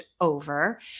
over